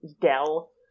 Dell